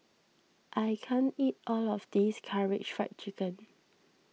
I can't eat all of this Karaage Fried Chicken